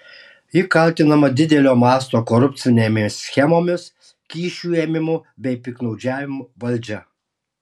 ji kaltinama didelio masto korupcinėmis schemomis kyšių ėmimu bei piktnaudžiavimu valdžia